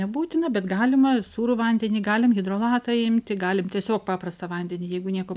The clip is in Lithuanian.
nebūtina bet galima sūrų vandenį galim hidrolatą imti galim tiesiog paprastą vandenį jeigu nieko